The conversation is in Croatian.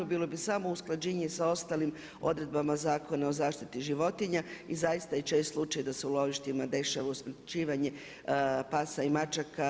Bilo bi samo usklađenje sa ostalim odredbama Zakona o zaštiti životinja i zaista je čest slučaj da se u lovištima dešava usmrćivanje pasa i mačaka.